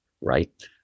right